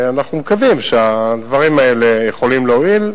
אנחנו מקווים שהדברים האלה יכולים להועיל,